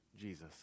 Jesus